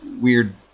weird